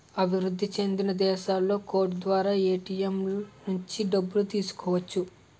అభివృద్ధి చెందిన దేశాలలో కోడ్ ద్వారా ఏటీఎం నుంచి డబ్బులు తీసుకోవచ్చు